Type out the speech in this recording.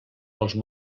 els